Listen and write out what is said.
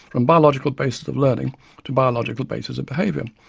from biological bases of learning to biological bases of behaviour,